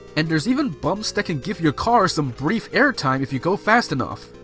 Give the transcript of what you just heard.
and there's even bumps that can give your car some brief air time if you go fast enough.